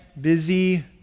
busy